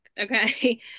Okay